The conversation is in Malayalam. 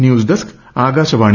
news desk Akashvani